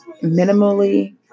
minimally